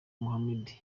mohammed